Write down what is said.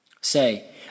Say